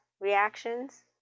reactions